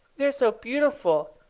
they're so beautiful,